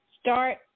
start